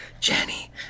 Jenny